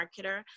marketer